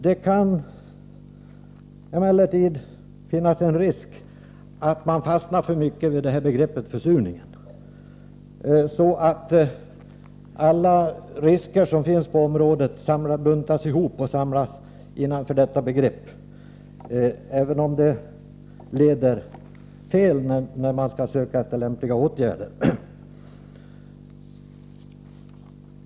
Det kan emellertid finnas en risk med att fastna för mycket vid begreppet försurning, så att alla risker som finns på området buntas ihop och samlas inom detta begrepp — även om detta leder fel när man skall söka efter lämpliga åtgärder.